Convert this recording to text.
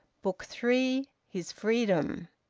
book three his freedom.